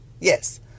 Yes